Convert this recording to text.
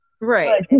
Right